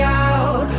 out